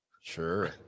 Sure